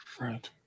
Right